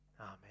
Amen